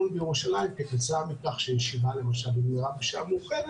בירושלים כתוצאה מכך שישיבה למשל נגמרה בשעה מאוחרת,